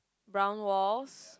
brown walls